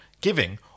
giving